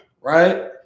right